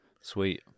Sweet